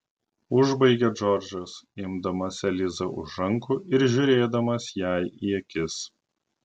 užbaigė džordžas imdamas elizą už rankų ir žiūrėdamas jai į akis